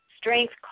strength